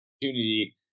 opportunity